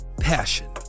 Passion